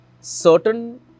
Certain